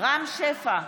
רם שפע,